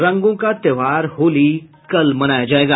रंगों का त्योहार होली कल मनाया जायेगा